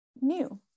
new